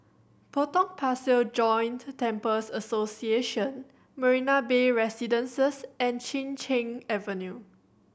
Potong Pasir Joint Temples Association Marina Bay Residences and Chin Cheng Avenue